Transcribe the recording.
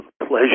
pleasure